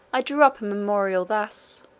i drew up a memorial thus